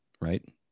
right